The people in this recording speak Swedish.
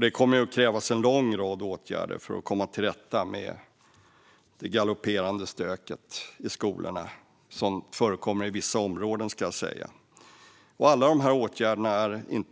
Det kommer att krävas en lång rad åtgärder för att komma till rätta med det galopperande stöket i skolorna som förekommer i vissa områden. Inte alla av de här åtgärderna är i